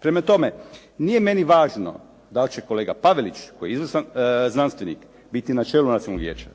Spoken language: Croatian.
Prema tome, nije meni važno dal' će kolega Pavelić koji je izvrstan znanstvenik biti na čelu Nacionalnog vijeća.